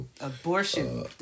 abortion